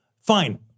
fine